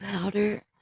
powder